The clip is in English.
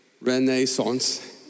Renaissance